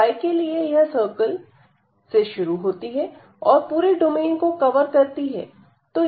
तो y के लिए यह सर्कल से शुरू होती है और पूरे डोमेन को कवर करती है